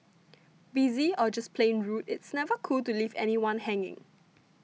busy or just plain rude it's never cool to leave anyone hanging